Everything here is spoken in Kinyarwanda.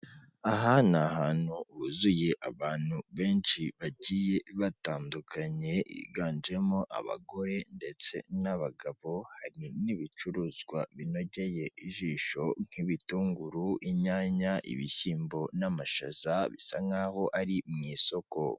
Aha ni ahantu huzuye abantu benshi bagiye batandukanye higanjemo abagore ndetse n'abagabo. Hari n'ibicuruzwa binogeye ijisho nk'ibitunguru, inyanya, ibishyimbo n'amashaza bisa nk'aho ari mu isoko.